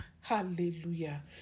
Hallelujah